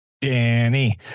Danny